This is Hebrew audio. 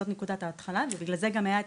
זאת נקודת ההתחלה ובגלל זה גם היה את